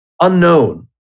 unknown